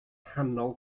nghanol